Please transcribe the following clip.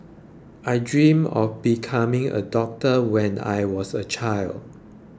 I dreamt of becoming a doctor when I was a child